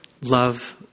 Love